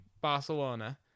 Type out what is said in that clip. Barcelona